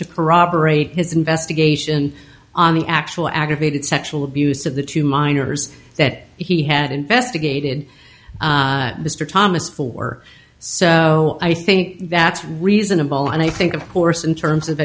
to corroborate his investigation on the actual aggravated sexual abuse of the two minors that he had investigated mr thomas for so i think that's reasonable and i think of course in terms of